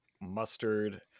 mustard